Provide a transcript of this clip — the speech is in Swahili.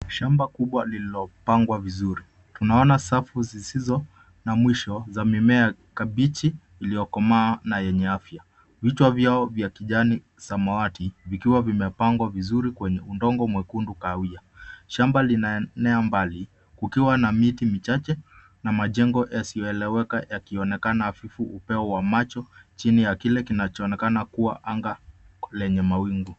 Shamba kubwa lililopangwa vizuri. Tunaona safu zisizo na mwisho za mimea kabichi iliyokomaa na yenye afya. Vichwa vyao vya kijani samawati vikiwa vimepangwa vizuri kwenye udongo mwekundu kahawia. Shamba linaenea mbali kukiwa na miti michache na majengo yasiyoeleweka yakionekana hafifu upeo wa macho chini ya kile kinachoonekana kuwa anga lenye mawingu.